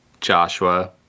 Joshua